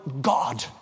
God